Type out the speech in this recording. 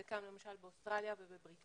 זה קיים למשל באוסטרליה ובבריטניה.